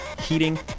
heating